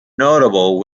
notable